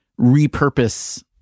repurpose